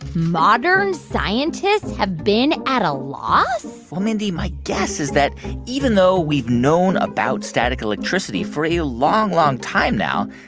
modern scientists have been at a loss well, mindy, my guess is that even though we've known about static electricity for a long, long time now,